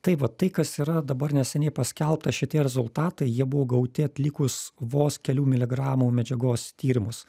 tai va tai kas yra dabar neseniai paskelbta šitie rezultatai jie buvo gauti atlikus vos kelių miligramų medžiagos tyrimus